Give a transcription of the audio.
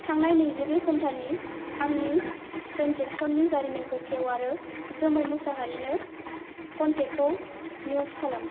थांनाय नैजिब्रै घन्टानि आंनि ट्रेन्जेकसननि जारिमिनखौ खेव आरो जोमै मुसाहारिनो कनटेक्टखौ मिउट खालाम